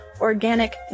organic